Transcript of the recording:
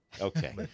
Okay